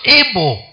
able